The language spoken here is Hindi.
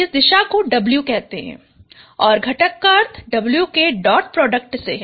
इस दिशा को W कहते हैं और घटक का अर्थ W के डॉट प्रोडक्ट से है